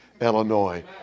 Illinois